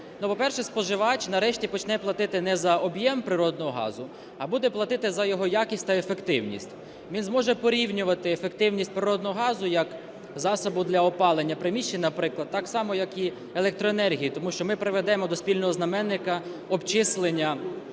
По-перше, споживач нарешті почне платити не за об'єм природного газу, а буде платити за його якість та ефективність. Він зможе порівнювати ефективність природного газу як засобу для опалення приміщень, наприклад, так само, як електроенергії, тому що ми приведемо до спільного знаменника обчислення